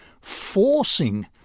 forcing